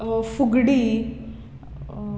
फुगडी